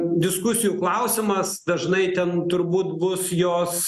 diskusijų klausimas dažnai ten turbūt bus jos